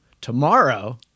Tomorrow